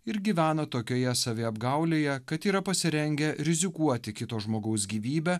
ir gyvena tokioje saviapgaulėje kad yra pasirengę rizikuoti kito žmogaus gyvybe